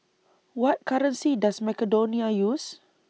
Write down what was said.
What currency Does Macedonia use